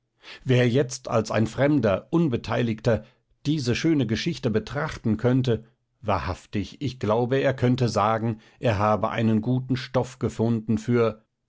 wer jetzt als ein fremder unbeteiligter diese schöne geschichte betrachten könnte wahrhaftig ich glaube er könnte sagen er habe einen guten stoff gefunden für